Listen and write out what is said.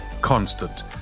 constant